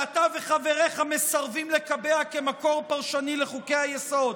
שאתה וחבריך מסרבים לקבע כמקור פרשני לחוקי-היסוד,